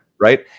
Right